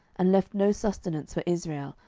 and left no sustenance for israel,